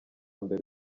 mbere